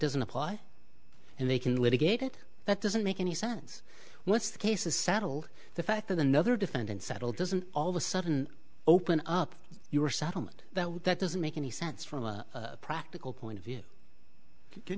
doesn't apply and they can litigate it that doesn't make any sense what's the case is settled the fact that the nother defendant settle doesn't all of a sudden open up your settlement that way that doesn't make any sense from a practical point of view can